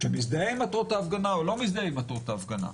שמזדהה עם מטרות ההפגנה או לא מזדהה עם מטרות ההפגנה.